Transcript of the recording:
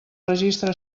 registre